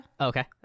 Okay